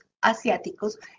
asiáticos